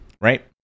right